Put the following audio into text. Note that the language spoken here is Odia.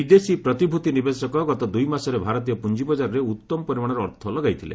ବିଦେଶୀ ପ୍ରତିଭୂତି ନିବେଶକ ଗତ ଦୁଇମାସରେ ଭାରତୀୟ ପୁଞ୍ଜି ବଜାରରେ ଉତ୍ତମ ପରିମାଣର ଅର୍ଥ ଲଗାଇଥିଲେ